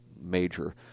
major